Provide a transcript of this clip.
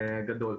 גדול.